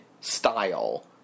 style